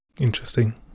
Interesting